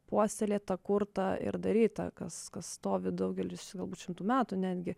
puoselėta kurta ir daryta kas stovi daugelis galbūt šimtų metų netgi